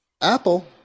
Apple